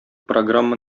программа